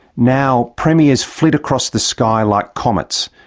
now premiers flit across the sky like comets,